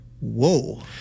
Whoa